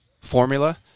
formula